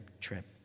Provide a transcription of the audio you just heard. trip